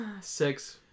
Six